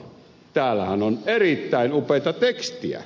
täällähän on erittäin upeata tekstiä